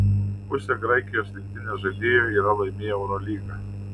pusė graikijos rinktinės žaidėjų yra laimėję eurolygą